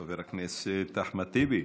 חבר הכנסת אחמד טיבי,